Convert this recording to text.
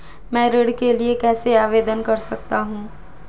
मैं ऋण के लिए कैसे आवेदन कर सकता हूं?